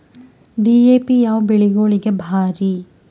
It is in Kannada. ಡಿ.ಎ.ಪಿ ಯಾವ ಬೆಳಿಗೊಳಿಗ ಭಾರಿ?